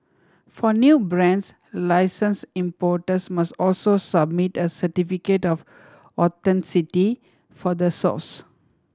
for new brands license importers must also submit a certificate of authenticity for the source